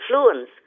influence